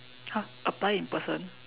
!huh! apply in person